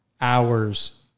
hours